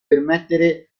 permettere